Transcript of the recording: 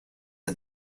for